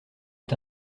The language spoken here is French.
est